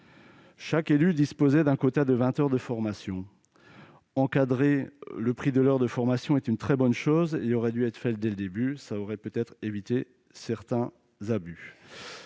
Chaque élu disposait d'un quota de vingt heures de formation. Encadrer le prix de l'heure de formation est une très bonne chose, qui aurait dû être faite dès le départ, ce qui aurait peut-être permis d'éviter certains abus.